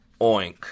oink